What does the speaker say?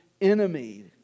enemy